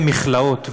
אלה מכלאות,